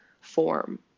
form